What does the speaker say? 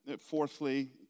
Fourthly